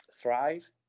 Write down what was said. thrive